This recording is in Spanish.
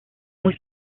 muy